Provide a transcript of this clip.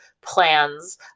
plans